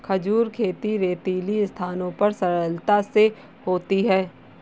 खजूर खेती रेतीली स्थानों पर सरलता से होती है